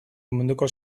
munduko